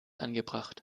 angebracht